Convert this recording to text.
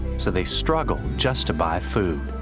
so they struggle just to buy food.